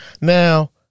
Now